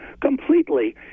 completely